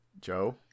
joe